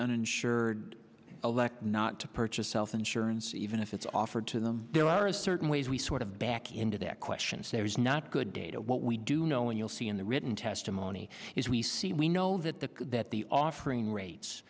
uninsured elect not to purchase health insurance even if it's offered to them there are a certain ways we sort of back into that question if there is not good data what we do know and you'll see in the written testimony is we see we know that the that the offering rates